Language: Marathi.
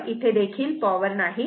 तर इथे पावर नाही